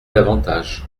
davantage